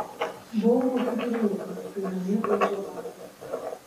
buvau kokių trylikos kai namie ūžė balius